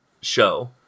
show